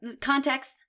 context